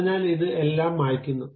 അതിനാൽ ഇത് എല്ലാം മായ്ക്കുന്നു